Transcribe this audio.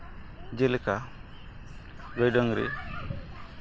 ᱡᱮᱞᱮᱠᱟ ᱜᱟᱹᱭ ᱰᱟᱹᱝᱨᱤ